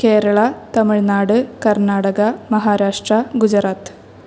Kerala Tamil Nadu Karnataka Maharashtra Gujarat